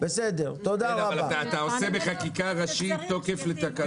אתה עושה בחקיקה ראשית תוקף לתקנות.